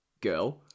girl